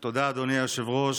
תודה, אדוני היושב-ראש.